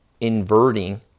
inverting